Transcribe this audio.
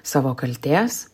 savo kaltės